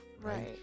right